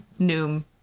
Noom